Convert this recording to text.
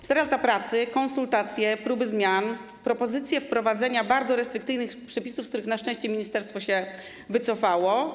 4 lata pracy, konsultacje, próby wprowadzania zmian, propozycje wprowadzenia bardzo restrykcyjnych przepisów, z których na szczęście ministerstwo się wycofało.